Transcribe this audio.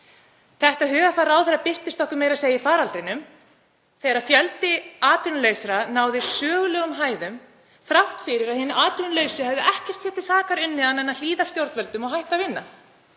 Þetta hugarfar ráðherra birtist okkur meira að segja í faraldrinum þegar fjöldi atvinnulausra náði sögulegum hæðum þrátt fyrir að hin atvinnulausu hefðu ekkert sér til sakar unnið annað en að hlýða stjórnvöldum og hætta að vinna.